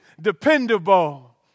dependable